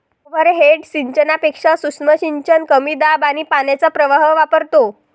overhead सिंचनापेक्षा सूक्ष्म सिंचन कमी दाब आणि पाण्याचा प्रवाह वापरतो